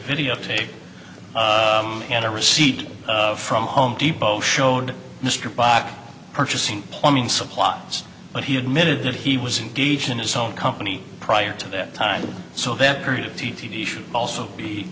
video tape and a receipt from home depot showed mr bach purchasing plumbing supply but he admitted that he was engaged in his own company prior to that time so that period of the t v should also be